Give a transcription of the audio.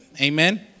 Amen